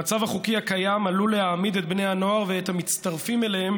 המצב החוקי הקיים עלול להעמיד את בני הנוער ואת המצטרפים אליהם